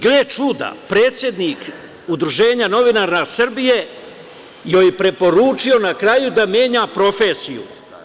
Gle čuda, predsednik Udruženja novinara Srbije joj je preporučio na kraju da menja profesiju.